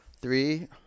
three